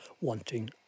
wanting